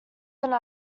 deny